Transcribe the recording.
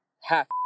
half